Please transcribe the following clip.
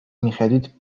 მიხედვით